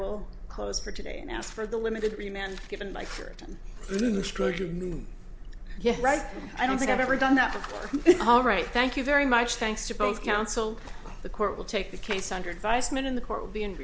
will close for today and ask for the limited remained given by for it and move yeah right i don't think i've ever done that before all right thank you very much thanks to both counsel the court will take the case under advisement in the court will be